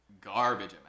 garbage